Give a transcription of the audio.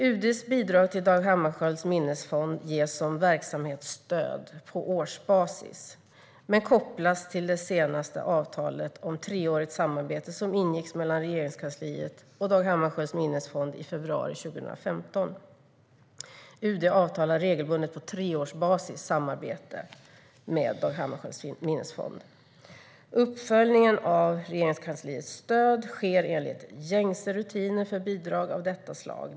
UD:s bidrag till Dag Hammarskjölds Minnesfond ges som verksamhetsstöd på årsbasis men kopplas till det senaste avtalet om treårigt samarbete som ingicks mellan Regeringskansliet och Dag Hammarskjölds Minnesfond i februari 2015. UD avtalar regelbundet på treårsbasis samarbete med Dag Hammarskjölds Minnesfond. Uppföljningen av Regeringskansliets stöd sker enligt gängse rutiner för bidrag av detta slag.